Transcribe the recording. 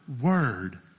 word